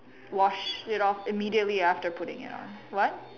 wash it off immediately after putting it on what